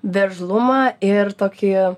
veržlumą ir tokį